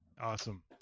Awesome